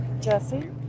Jesse